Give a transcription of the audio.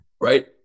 right